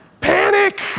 Panic